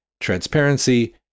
transparency